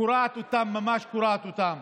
קורעת אותם, ממש קורעת אותם.